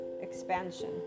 expansion